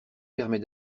permet